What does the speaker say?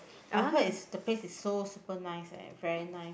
I heard it's the place is so super nice eh very nice